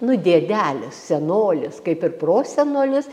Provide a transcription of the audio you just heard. nu dėdelis senolis kaip ir prosenolis